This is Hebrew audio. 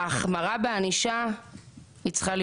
לא הכרתי את הילדה הזאת ככה.